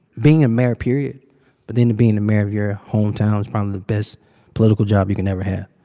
being a mayor period but then being the mayor of your hometown is probably the best political job you can ever have.